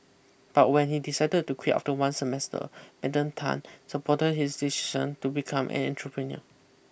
but when he decided to quit after one semester Madam Tan supported his decision to become an entrepreneur